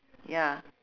ya